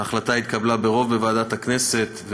ההחלטה התקבלה ברוב בוועדת הכנסת,